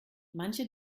manche